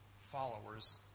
followers